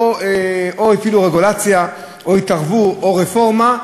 או הפעילו רגולציה, או התערבו, או רפורמה.